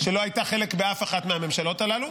שלא הייתה חלק באף אחת מהממשלות הללו,